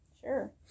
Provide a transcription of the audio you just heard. Sure